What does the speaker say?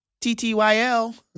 TTYL